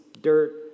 dirt